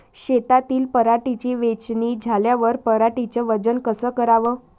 शेतातील पराटीची वेचनी झाल्यावर पराटीचं वजन कस कराव?